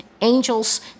angels